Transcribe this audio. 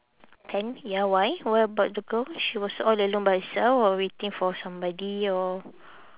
tent ya why what about the girl she was all alone by herself or waiting for somebody or